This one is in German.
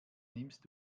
nimmst